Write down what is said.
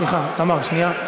סליחה, תמר, שנייה.